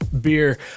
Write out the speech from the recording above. beer